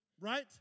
Right